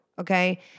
okay